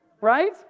right